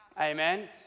Amen